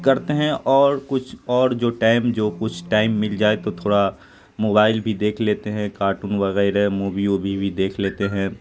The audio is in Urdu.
کرتے ہیں اور کچھ اور جو ٹائم جو کچھ ٹائم مل جائے تو تھوڑا موبائل بھی دیکھ لیتے ہیں کارٹون وغیرہ مووی ووی بھی دیکھ لیتے ہیں